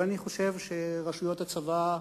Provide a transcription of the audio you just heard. אני חושב שרשויות הצבא,